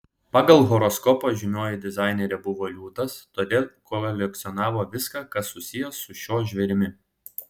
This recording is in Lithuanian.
pagal horoskopą žymioji dizainerė buvo liūtas todėl kolekcionavo viską kas susiję su šiuo žvėrimi